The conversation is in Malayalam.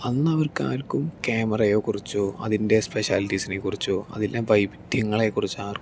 അന്നവർക്കാർക്കും ക്യാമറയെ കുറിച്ചോ അതിന്റെ സ്പെഷ്യലിറ്റിസിനെക്കുറിച്ചോ അതിന്റെ വൈവിധ്യങ്ങളെക്കുറിച്ചോ ആർക്കും